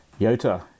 Yota